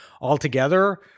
altogether